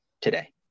today